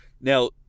Now